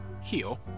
heal